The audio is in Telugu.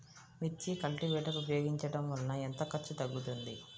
మిర్చి కల్టీవేటర్ ఉపయోగించటం వలన ఎంత ఖర్చు తగ్గుతుంది?